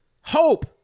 hope